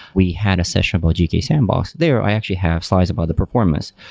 we had a session about gke sandbox. there, i actually have slides about the performance.